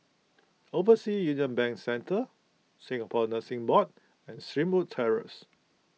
Overseas Union Bank Centre Singapore Nursing Board and Springwood Terrace